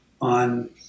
on